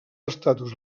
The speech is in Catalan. estatus